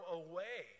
away